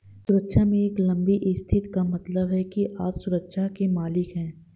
सुरक्षा में एक लंबी स्थिति का मतलब है कि आप सुरक्षा के मालिक हैं